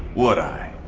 would i?